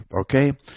Okay